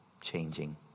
changing